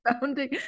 Founding